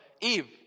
Eve